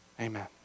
Amen